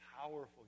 powerful